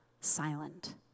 silent